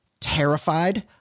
terrified